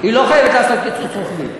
היא לא חייבת לעשות קיצוץ רוחבי.